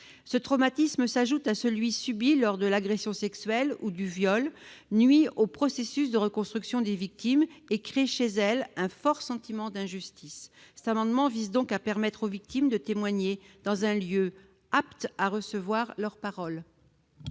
Ce traumatisme s'ajoute à celui qu'elles ont subi lors de l'agression sexuelle ou du viol, nuit au processus de reconstruction des victimes et crée chez elles un fort sentiment d'injustice. Cet amendement vise donc à permettre aux victimes de témoigner dans un lieu apte à recevoir leur parole.